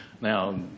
Now